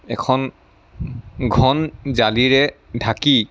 এখন ঘন জালিৰে ঢাকি